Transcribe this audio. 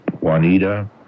Juanita